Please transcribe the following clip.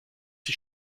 sie